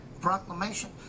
proclamation